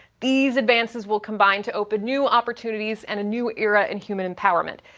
these advances will combine to open new opportunities and a new era in human empowerment.